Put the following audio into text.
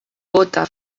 gota